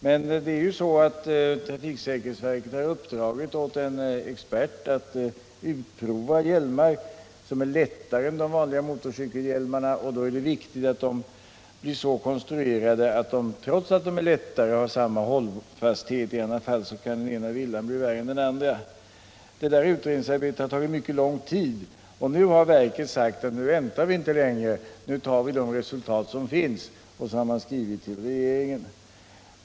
Men trafiksäkerhetsverket har uppdragit åt en expert att utforma hjälmar som är lättare än de vanliga motorcykelhjälmarna, och då är det viktigt att de blir så konstruerade, att de trots att de är lättare har samma hållfasthet — i annat fall kan den sista villan bli värre än den första. Utredningsarbetet har tagit mycket lång tid, och nu har verket sagt att man inte väntar längre utan tar de resultat som finns, och så har man skrivit till regeringen.